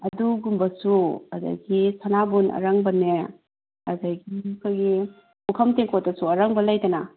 ꯑꯗꯨꯒꯨꯝꯕꯁꯨ ꯑꯗꯒꯤ ꯁꯅꯥꯕꯨꯟ ꯑꯔꯪꯕꯅꯦ ꯑꯗꯒꯤ ꯑꯩꯈꯣꯏꯒꯤ ꯄꯨꯈꯝ ꯇꯦꯡꯀꯣꯠꯇꯁꯨ ꯑꯔꯪꯕ ꯂꯩꯗꯅ